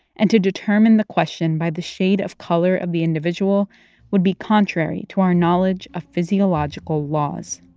and to determine the question by the shade of color of the individual would be contrary to our knowledge of physiological laws